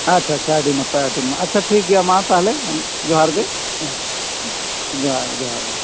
ᱟᱪᱪᱷᱟ ᱟᱪᱪᱷᱟ ᱟᱹᱰᱤ ᱱᱟᱯᱟᱭ ᱟᱹᱰᱤ ᱱᱟᱯᱟᱭ ᱟᱪᱪᱷᱟ ᱴᱷᱤᱠᱜᱮᱭᱟ ᱛᱟᱦᱞᱮ ᱢᱟ ᱦᱮᱸ ᱡᱚᱦᱱᱟᱨ ᱜᱮ ᱡᱚᱱᱦᱟᱨᱜᱮ